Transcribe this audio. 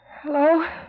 Hello